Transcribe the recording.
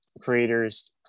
creators